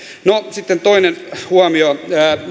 no sitten toinen huomio